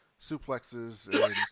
suplexes